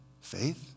faith